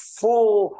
full